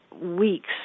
weeks